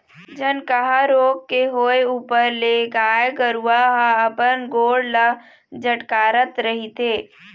झनकहा रोग के होय ऊपर ले गाय गरुवा ह अपन गोड़ ल झटकारत रहिथे